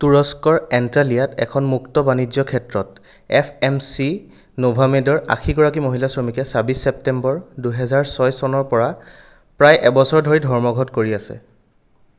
তুৰস্কৰ এণ্টালিয়াত এখন মুক্ত বাণিজ্য ক্ষেত্ৰত এফ এম চি নোভামেদৰ আশীগৰাকী মহিলা শ্ৰমিকে ছাব্বিছ ছেপ্টেম্বৰ দুহেজাৰ ছয় চনৰ পৰা প্ৰায় এবছৰ ধৰি ধৰ্মঘট কৰি আছে